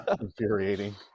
infuriating